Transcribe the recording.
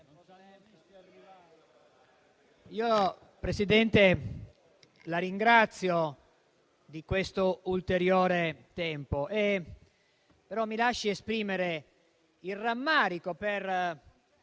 Presidente, la ringrazio di questo ulteriore tempo, ma mi lasci esprimere il rammarico per